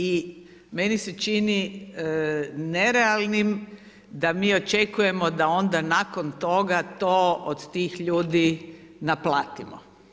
I meni se čini nerealnim da mi očekujemo da onda nakon toga to od tih ljudi naplatimo.